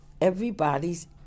everybody's